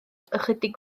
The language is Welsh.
ychydig